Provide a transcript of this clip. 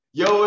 yo